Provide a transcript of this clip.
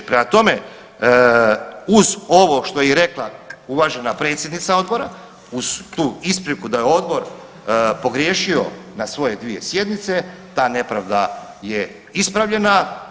Prema tome, uz ovo što je rekla uvažena predsjednica odbora, uz tu ispriku da je odbor pogriješio na svoje dvije sjednice ta nepravda je ispravljena.